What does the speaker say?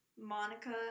Monica